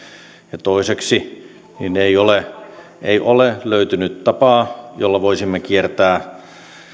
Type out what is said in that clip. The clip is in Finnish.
ja toiseksi ei ole ei ole löytynyt tapaa jolla voisimme kiertää